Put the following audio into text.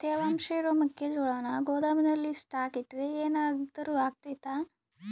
ತೇವಾಂಶ ಇರೋ ಮೆಕ್ಕೆಜೋಳನ ಗೋದಾಮಿನಲ್ಲಿ ಸ್ಟಾಕ್ ಇಟ್ರೆ ಏನಾದರೂ ಅಗ್ತೈತ?